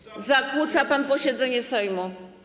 Zakłóca pan posiedzenie Sejmu.